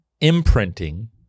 imprinting